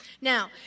Now